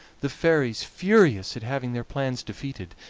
the fairies, furious at having their plans defeated,